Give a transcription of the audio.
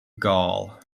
gall